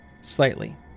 slightly